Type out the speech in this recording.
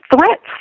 threats